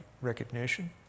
recognition